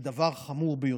זה דבר חמור ביותר.